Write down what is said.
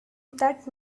that